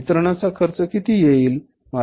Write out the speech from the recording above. वितरणाचा खर्च किती येईल